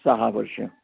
सहा वर्षं